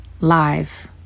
live